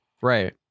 right